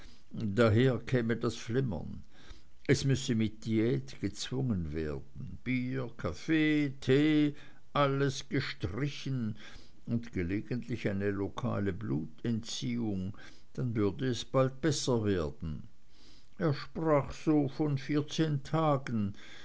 daher käme das flimmern es müsse mit diät gezwungen werden bier kaffee tee alles gestrichen und gelegentlich eine lokale blutentziehung dann würde es bald besser werden er sprach so von vierzehn tagen